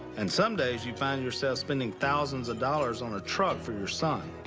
and some days you find yourself spending thousands of dollars on a truck for your son.